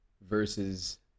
versus